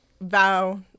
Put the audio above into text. vow